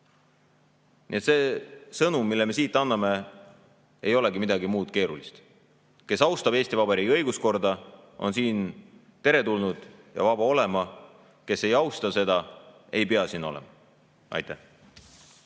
Nii et see sõnum, mille me siit anname, ei ole midagi keerulist. Kes austab Eesti Vabariigi õiguskorda, on siin teretulnud ja vaba siin olema. Kes ei austa seda, ei pea siin olema. Aitäh!